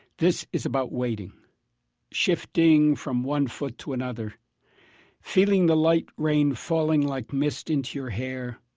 this is about waiting shifting from one foot to another feeling the light rain falling like mist into your hair,